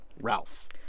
Ralph